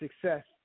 success